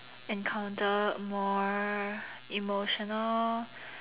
encounter more emotional